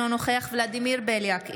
אינו נוכח ולדימיר בליאק,